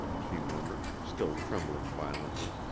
she murmured, still trembling violently.